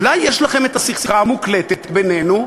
אולי יש לכם את השיחה המוקלטת בינינו?